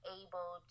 able